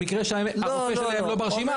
במקרה שהרופא שלהם לא ברשימה,